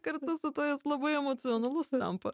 kartu su tuo jis labai emocionalus tampa